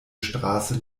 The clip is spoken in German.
straße